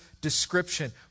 description